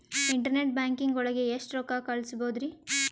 Internet banking ಒಳಗೆ ಎಷ್ಟ್ ರೊಕ್ಕ ಕಲ್ಸ್ಬೋದ್ ರಿ?